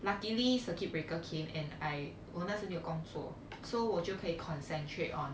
luckily circuit breaker came and I 我那时没有工作 so 我就可以 concentrate on